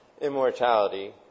immortality